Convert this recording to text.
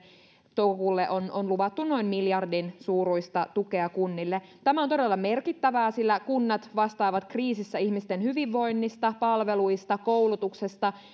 toukokuulle on on luvattu noin miljardin suuruista tukea kunnille tämä on todella merkittävää sillä kunnat vastaavat kriisissä ihmisten hyvinvoinnista palveluista koulutuksesta